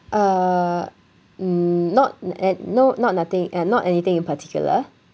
uh not add no not nothing and not anything in particular